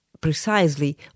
precisely